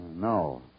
No